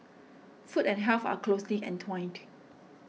food and health are closely entwined